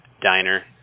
diner